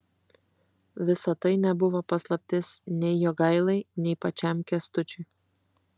visa tai nebuvo paslaptis nei jogailai nei pačiam kęstučiui